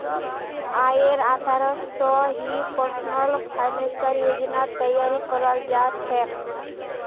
आयेर आधारत स ही पर्सनल फाइनेंसेर योजनार तैयारी कराल जा छेक